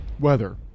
weather